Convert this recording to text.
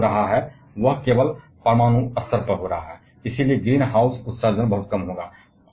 जो कुछ भी हो रहा है वह केवल परमाणु स्तर पर हो रहा है और इसलिए ग्रीन हाउस उत्सर्जन बहुत कम होगा